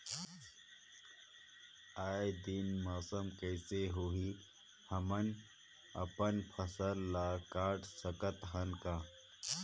आय दिन मौसम कइसे होही, हमन अपन फसल ल काट सकत हन का?